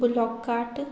bullock cart